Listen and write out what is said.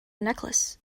necklace